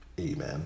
Amen